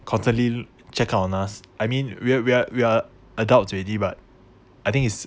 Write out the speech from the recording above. constantly check out on us I mean we're we're we are adults already but I think is